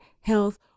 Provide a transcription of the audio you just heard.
Health